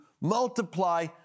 multiply